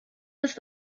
ist